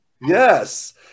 Yes